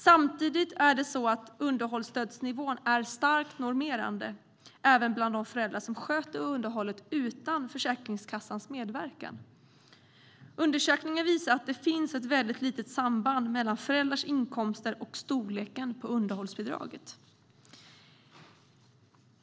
Samtidigt är det så att underhållsstödsnivån är starkt normerande även bland de föräldrar som sköter underhållet utan Försäkringskassans medverkan. Undersökningar visar att det finns ett väldigt litet samband mellan föräldrars inkomster och storleken på underhållsbidraget.